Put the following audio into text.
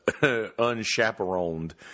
unchaperoned